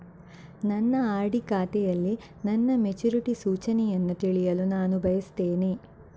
ನನ್ನ ಆರ್.ಡಿ ಖಾತೆಯಲ್ಲಿ ನನ್ನ ಮೆಚುರಿಟಿ ಸೂಚನೆಯನ್ನು ತಿಳಿಯಲು ನಾನು ಬಯಸ್ತೆನೆ